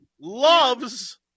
loves